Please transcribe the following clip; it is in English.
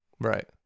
Right